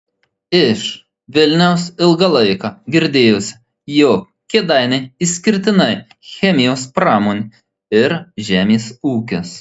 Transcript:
iš vilniaus ilgą laiką girdėjosi jog kėdainiai išskirtinai chemijos pramonė ir žemės ūkis